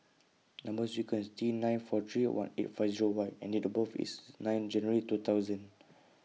Number sequence IS T nine four three one eight five Zero Y and Date birth IS nine January two thousand